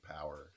power